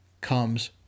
comes